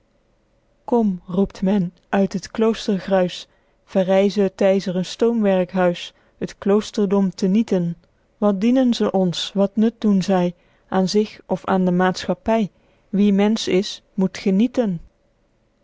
kom roept men uit het kloostergruis verryze t yzren stoomwerkhuis het kloosterdom te nieten wat dienen ze ons wat nut doen zy aen zich of aen de maetschappy wie mensch is moet genieten